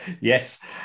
Yes